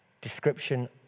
Description